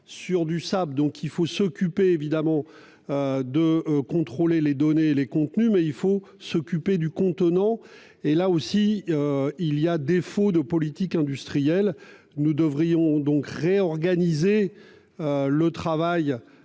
sur du sable. Donc il faut s'occuper, évidemment. De contrôler les données les contenus mais il faut s'occuper du contenant et là aussi. Il y a défaut de politique industrielle, nous devrions donc réorganiser. Le travail